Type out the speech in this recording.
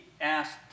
asked